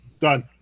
Done